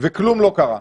וכלום לא קרה.